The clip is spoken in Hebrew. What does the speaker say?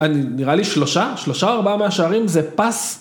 אני, נראה לי שלושה, שלושה ארבעה מהשארים זה פס.